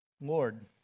Lord